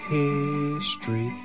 history